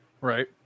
Right